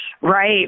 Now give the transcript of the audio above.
Right